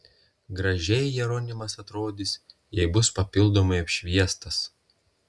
gražiai jeronimas atrodys jei bus papildomai apšviestas